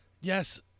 yes